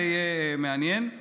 זה יהיה מעניין.